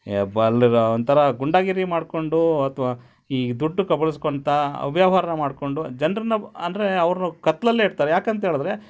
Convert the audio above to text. ಏಯ್ ಬಲ್ಲಿರಾ ಒಂಥರ ಗೂಂಡಾಗಿರಿ ಮಾಡಿಕೊಂಡು ಅಥವಾ ಈ ದುಡ್ಡು ಕಬಳ್ಸ್ಕೊಳ್ತಾ ಅವ್ಯವಹಾರ ಮಾಡಿಕೊಂಡು ಜನರನ್ನ ಅಂದರೆ ಅವ್ರ್ನ ಕತ್ತಲಲ್ಲಿ ಇಡ್ತಾರೆ ಯಾಕಂತ ಹೇಳ್ದ್ರೆ